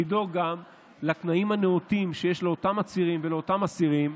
לדאוג גם לתנאים הנאותים שיש לאותם עצירים ואסירים.